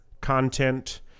content